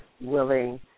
willing